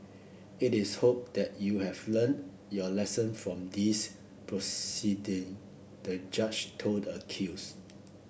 it is hoped that you have learnt your lesson from these proceeding the judge told the accused